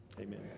amen